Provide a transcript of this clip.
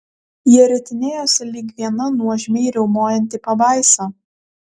jie ritinėjosi lyg viena nuožmiai riaumojanti pabaisa